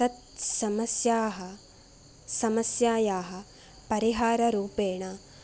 तत्समस्याः समस्यायाः परिहाररूपेण